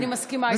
אני מסכימה איתך.